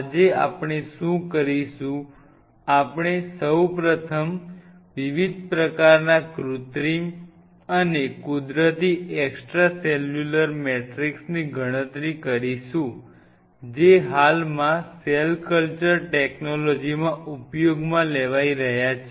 આજે આપણે શું કરીશું આપણે સૌ પ્રથમ વિવિધ પ્રકારના કૃત્રિમ અને કુદરતી એક્સટ્રા સેલ્યુલર મેટ્રિક્સની ગણતરી કરીશું જે હાલમાં સેલ કલ્ચર ટેકનોલોજીમાં ઉપયોગમાં લેવાઈ રહ્યા છે